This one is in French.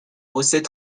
recette